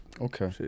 Okay